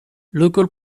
local